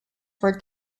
were